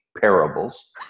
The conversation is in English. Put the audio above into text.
parables